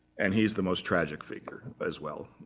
and he is the most tragic figure as well,